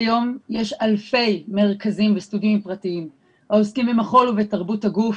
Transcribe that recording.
כיום יש אלפי מרכזים וסטודיואים פרטיים העוסקים במחול ובתרבות הגוף,